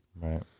Right